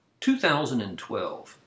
2012